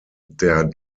der